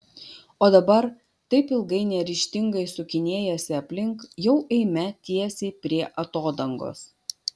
o dabar taip ilgai neryžtingai sukinėjęsi aplink jau eime tiesiai prie atodangos